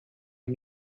est